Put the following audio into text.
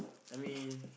I mean